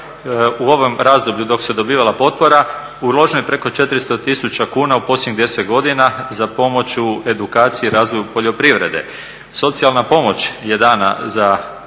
u ovom razdoblju dok se dobivala potpora uloženo je preko 400 tisuća kuna u posljednjih 10 godina za pomoć u edukaciji i razvoju poljoprivrede. Socijalna pomoć je dana za